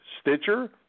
Stitcher